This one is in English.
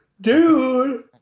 Dude